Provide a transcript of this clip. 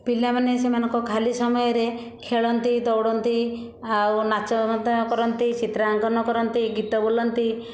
ପିଲାମାନେ ସେମାନଙ୍କ ଖାଲି ସମୟରେ ଖେଳନ୍ତି ଦୌଡ଼ନ୍ତି ଆଉ ନାଚ ମଧ୍ୟ କରନ୍ତି ଚିତ୍ରାଙ୍କନ କରନ୍ତି ଗୀତ ବୋଲନ୍ତି